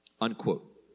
Unquote